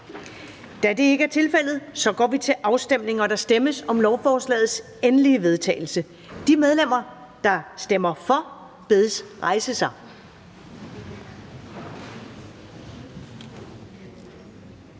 Første næstformand (Karen Ellemann): Der stemmes om lovforslagets endelige vedtagelse. De medlemmer, der stemmer for, bedes rejse sig.